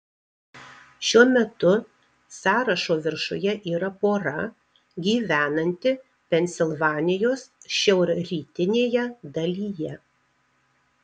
šiuo metu sąrašo viršuje yra pora gyvenanti pensilvanijos šiaurrytinėje dalyje